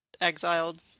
exiled